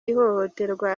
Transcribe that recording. ihohoterwa